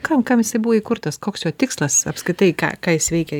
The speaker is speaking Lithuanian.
kam kam jisai buvo įkurtas koks jo tikslas apskritai ką ką jis veikia